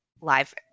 live